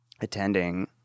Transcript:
attending